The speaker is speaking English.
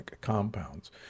compounds